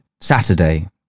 Saturday